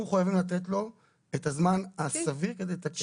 מחויבים לתת לו את הזמן הסביר כדי לתקן.